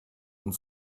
and